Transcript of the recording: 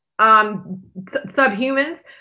subhumans